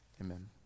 Amen